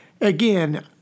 Again